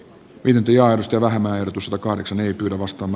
vintiö aidosti vähemmän tutusta kahdeksan nykyluvastamme